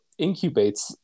incubates